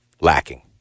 lacking